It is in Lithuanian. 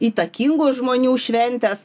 įtakingų žmonių šventes